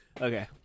Okay